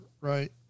right